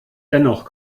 dennoch